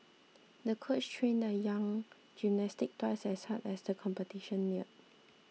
the coach trained the young gymnast twice as hard as the competition neared